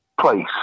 place